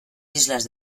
islas